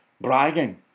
bragging